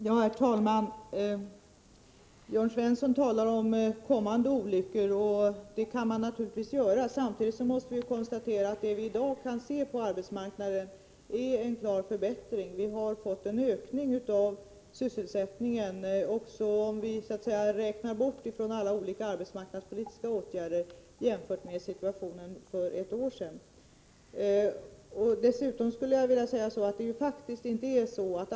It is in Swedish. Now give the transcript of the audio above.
Herr talman! Jörn Svensson talade om kommande olyckor — det kan man naturligtvis göra. Samtidigt måste vi konstatera att vad vi i dag kan se på attta del av uppgifter i polisens belastningsregister arbetsmarknaden är en klar förbättring. Vi har fått en ökning av sysselsättningen, även om vi räknar bort alla olika arbetsmarknadspolitiska åtgärder, jämfört med situationen för ett år sedan.